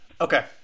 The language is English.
Okay